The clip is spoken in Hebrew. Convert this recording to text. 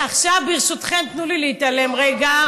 עכשיו ברשותכם, תנו לי להתעלם רגע.